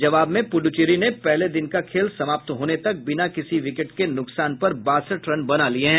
जवाब में पुडुचेरी ने पहले दिन का खेल समाप्ति तक बिना किसी विकेट के नुकसान पर बासठ रन बना लिये हैं